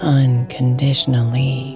unconditionally